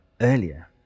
earlier